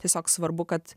tiesiog svarbu kad